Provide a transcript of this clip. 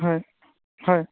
হয় হয়